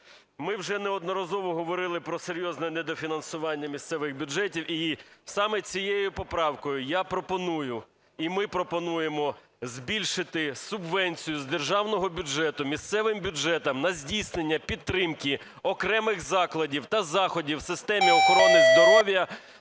Ми вже неодноразово говорили про серйозне недофінансування місцевих бюджетів, і саме цією поправкою я пропоную, і ми пропонуємо, збільшити субвенцію з державного бюджету місцевим бюджетам на здійснення підтримки окремих закладів та заходів в системі охорони здоров'я